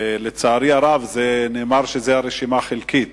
לצערי הרב, נאמר שזה רשימה חלקית.